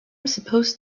supposed